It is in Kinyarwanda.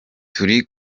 turi